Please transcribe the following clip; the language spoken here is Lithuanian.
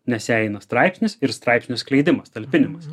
nes jei eina straipsnis ir straipsnio skleidimas talpinimas